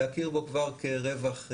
להכיר בו כבר כרווח יתר,